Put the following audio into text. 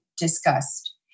discussed